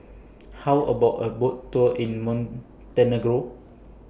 How about A Boat Tour in Montenegro